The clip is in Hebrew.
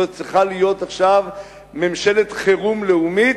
זאת צריכה להיות עכשיו ממשלת חירום לאומית,